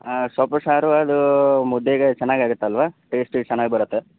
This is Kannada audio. ಹಾಂ ಸೊಪ್ಪು ಸಾರು ಅದು ಮುದ್ದೆಗೆ ಚೆನ್ನಾಗಾಗತ್ತಲ್ವಾ ಟೇಸ್ಟ್ ಚೆನ್ನಾಗಿ ಬರುತ್ತಾ